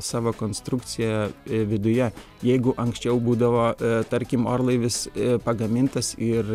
savo konstrukcija viduje jeigu anksčiau būdavo tarkim orlaivis pagamintas ir